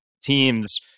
teams